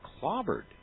clobbered